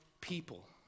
people